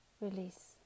release